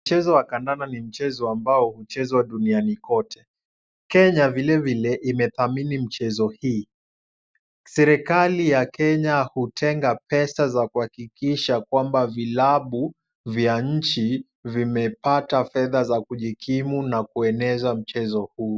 Mchezo wa kandanda ni mchezo ambao huchezwa ulimwengu kote . Kenya vilevile imethamini mchezo huu. Serikali ya Kenya hutenga pesa za kuhakikisha kwamba vilabu vya nchi vimepata pesa za kujikimu na kueneza mchezo huu.